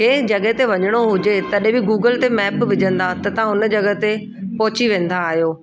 कंहिं जॻहि ते वञिणो हुजे तॾहिं बि गूगल ते मेप विझंदा त तव्हां हुन जॻहि ते पहुची वेंदा आहियो